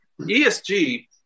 ESG